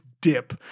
dip